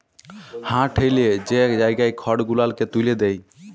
হাঁ ঠ্যালে যে জায়গায় খড় গুলালকে ত্যুলে দেয়